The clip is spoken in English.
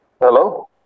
Hello